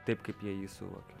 taip kaip jie jį suvokia